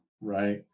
right